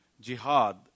jihad